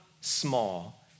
small